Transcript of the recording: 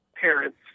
parents